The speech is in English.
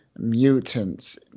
mutants